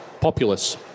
populace